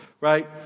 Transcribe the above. right